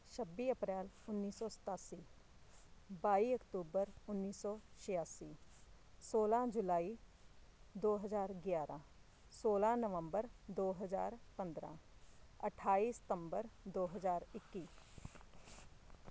ਛੱਬੀ ਅਪ੍ਰੈਲ ਉੱਨੀ ਸੌ ਸਤਾਸੀ ਬਾਈ ਅਕਤੂਬਰ ਉੱਨੀ ਸੌ ਛਿਆਸੀ ਸੋਲ੍ਹਾਂ ਜੁਲਾਈ ਦੋ ਹਜ਼ਾਰ ਗਿਆਰ੍ਹਾਂ ਸੋਲ੍ਹਾਂ ਨਵੰਬਰ ਦੋ ਹਜ਼ਾਰ ਪੰਦਰ੍ਹਾਂ ਅਠਾਈ ਸਤੰਬਰ ਦੋ ਹਜ਼ਾਰ ਇੱਕੀ